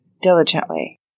diligently